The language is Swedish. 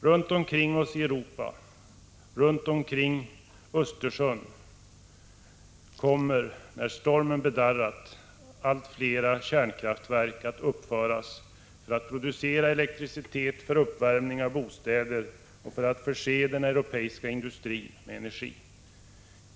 Runt omkring oss i Europa, runt omkring Östersjön kommer, när stormen bedarrat, allt fler kärnkraftverk att uppföras för att producera elektricitet för uppvärmning av bostäder och för att förse den europeiska industrin med energi.